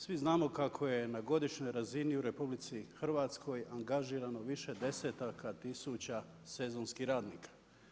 Svi znamo kako je na godišnjoj razini u RH angažirano više desetaka tisuća sezonskih radnika.